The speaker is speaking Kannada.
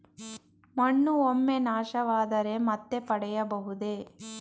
ಮಣ್ಣು ಒಮ್ಮೆ ನಾಶವಾದರೆ ಮತ್ತೆ ಪಡೆಯಬಹುದೇ?